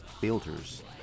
filters